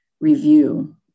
review